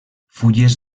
fulles